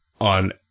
on